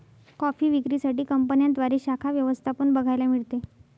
coffee विक्री साठी कंपन्यांद्वारे शाखा व्यवस्था पण बघायला मिळते